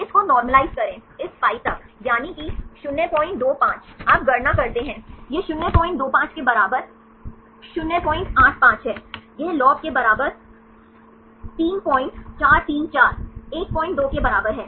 इस को नोर्मालिजे करे इस पाई तक यानि कि 025 आप गणना करते हैं यह 025 के बराबर 085 है यह लॉग के बराबर 3434 12 के बराबर है